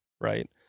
right